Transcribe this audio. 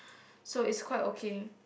so is quite okay